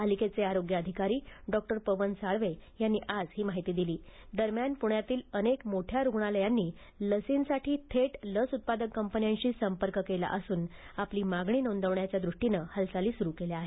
पालिकेचे आरोग्य अधिकारी डॉक्टर पवन साळवे यांनी आज ही माहिती दिली दरम्यान प्रण्यातील अनेक मोठ्या रुग्णालयांनी लसींसाठी थेट लस उत्पादक कपन्यांशी संपर्क केला असून आपली मागणी नोंझण्याचा दृष्टीनं हालचाली सुरु केल्या आहेत